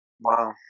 Wow